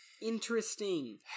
Interesting